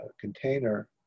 container